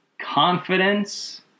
confidence